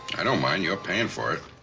i don't mind. you're paying for it.